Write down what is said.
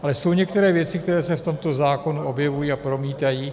Ale jsou některé věci, které se v tomto zákonu objevují a promítají.